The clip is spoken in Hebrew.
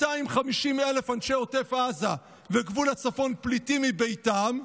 250,000 אנשי עוטף עזה וגבול הצפון פליטים מביתם,